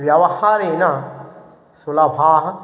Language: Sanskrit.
व्यवहारेण सुलभा